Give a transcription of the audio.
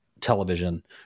television